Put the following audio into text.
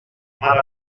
mar